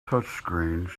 touchscreens